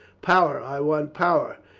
power, i want power.